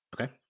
Okay